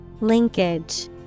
Linkage